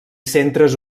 centres